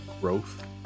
growth